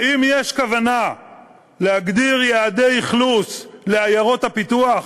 האם יש כוונה להגדיר יעדי אכלוס לעיירות הפיתוח,